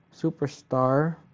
superstar